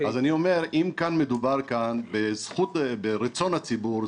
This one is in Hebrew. אז אני אומר שאם כאן מדובר בזכות וברצון הציבור,